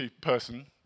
person